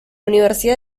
universidad